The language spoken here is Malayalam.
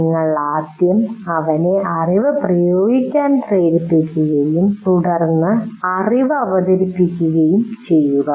നിങ്ങൾ ആദ്യം അവനെ അറിവ് പ്രയോഗിക്കാൻ പ്രേരിപ്പിക്കുകയും തുടർന്ന് അറിവ് അവതരിപ്പിക്കുകയും ചെയ്യുക